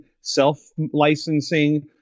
self-licensing